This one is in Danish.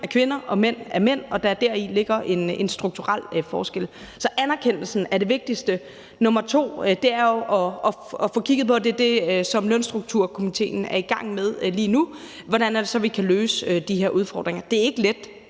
er kvinder og mænd er mænd og der deri ligger en strukturel forskel. Så anerkendelsen er det vigtigste. Og nummer to er at få kigget på det, som Lønstrukturkomitéen er i gang med at se på lige nu, nemlig hvordan vi så kan løse de her udfordringer. Det er ikke let,